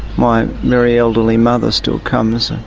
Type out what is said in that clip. my very elderly mother still comes,